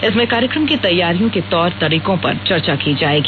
इसमें कार्यक्रम की तैयारियों के तौर तरीकों पर चर्चा की जाएगी